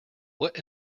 what